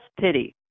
pity